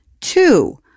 Two